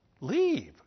Leave